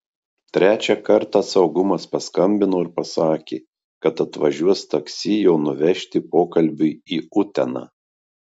trečią kartą saugumas paskambino ir pasakė kad atvažiuos taksi jo nuvežti pokalbiui į uteną